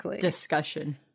discussion